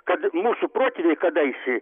kad mūsų protėviai kadaise